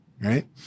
right